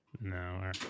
No